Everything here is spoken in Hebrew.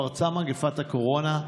פרצה מגפת הקורונה,